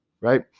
Right